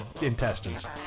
intestines